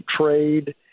trade